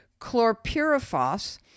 chlorpyrifos